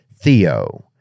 Theo